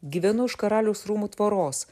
gyvenu už karaliaus rūmų tvoros